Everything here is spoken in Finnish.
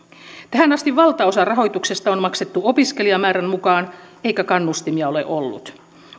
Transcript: tähän asti valtaosa rahoituksesta on maksettu opiskelijamäärän mukaan eikä kannustimia ole ollut